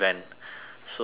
so